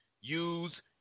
use